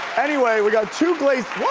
anyway, we got two glazed. what?